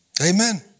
Amen